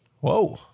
Whoa